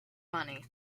money